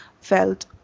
felt